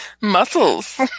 Muscles